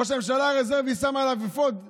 ראש הממשלה הרזרבי שם עליו אפוד צהוב,